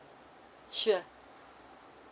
sure